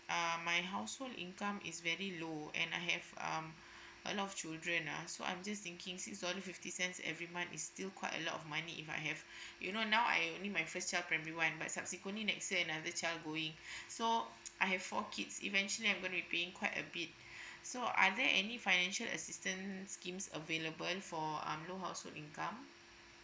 uh my household income is very low and I have um a lot of children lah so I'm just thinking six dollars fifty cents every month is still quite a lot of money if I have you know now I only my first child primary one but subsequently next year another child going so I have four kids eventually I'm going to be paying quite a bit so are there any financial assistance schemes available for um low household income